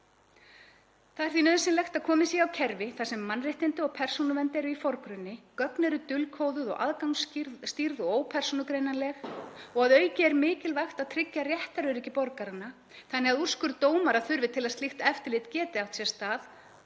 Það er því nauðsynlegt að komið sé á kerfi þar sem mannréttindi og persónuvernd er í forgrunni, gögn eru dulkóðuð og aðgangsstýrð og ópersónugreinanleg og að auki er mikilvægt að tryggja réttaröryggi borgaranna þannig að úrskurð dómara þurfi til að slíkt eftirlit geti átt sér stað.